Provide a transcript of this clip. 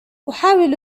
أحاول